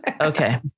Okay